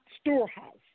storehouse